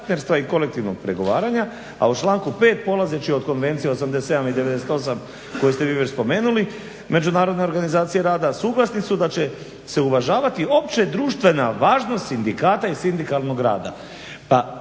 i kolektivnog pregovaranja, a u članku 5. polazeći od Konvencije 87. i 98. koju ste vi već spomenuli, Međunarodne organizacije rada, suglasni su da će se uvažavati općedruštvena važnost sindikata i sindikalnog rada.